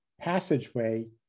passageway